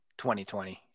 2020